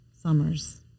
summers